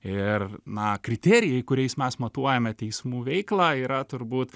ir na kriterijai kuriais mes matuojame teismų veiklą yra turbūt